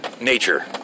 nature